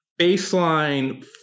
baseline